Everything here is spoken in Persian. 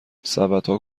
سبدها